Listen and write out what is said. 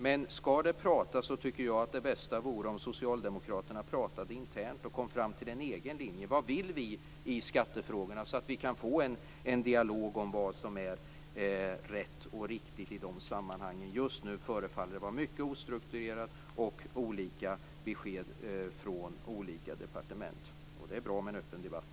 Men skall det pratas, tycker jag att det bästa vore om Socialdemokraterna pratade internt och kom fram till en egen linje för vad de vill i skattefrågorna, så att vi kan få en dialog om vad som är rätt och riktigt i sammanhanget. Just nu förefaller det att vara mycket ostrukturerat, och olika besked ges från olika departement. Naturligtvis är det bra med en öppen debatt.